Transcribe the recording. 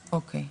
אוקיי.